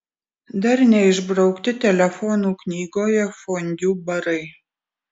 dar neišbraukti telefonų knygoje fondiu barai